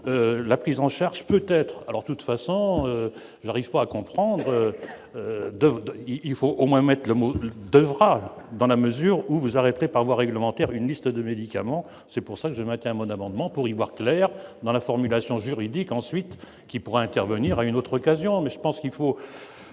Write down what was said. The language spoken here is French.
la prise en charge, peut-être alors toute façon j'arrive pas à comprendre, il faut au moins mettent le mot devra, dans la mesure où vous arrêterez par voie réglementaire, une liste de médicaments, c'est pour ça que je maintiens mon amendement pour y voir clair dans la formulation juridique ensuite qui pourra intervenir à une autre occasion